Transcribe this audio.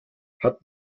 hat